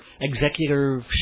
executive